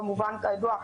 כידוע,